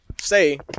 Say